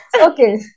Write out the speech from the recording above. Okay